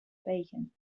bacon